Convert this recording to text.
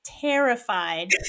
Terrified